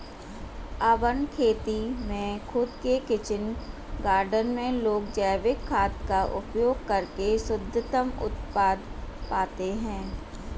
urban खेती में खुद के किचन गार्डन में लोग जैविक खाद का उपयोग करके शुद्धतम उत्पाद पाते हैं